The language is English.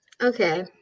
Okay